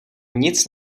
nic